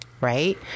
right